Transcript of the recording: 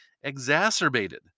exacerbated